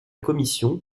commission